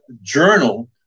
journal